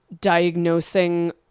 diagnosing